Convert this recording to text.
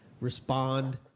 respond